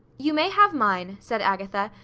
you may have mine, said agatha.